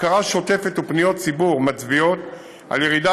בקרה שוטפת ופניות ציבור מצביעות על ירידה